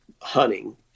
hunting